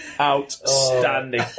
Outstanding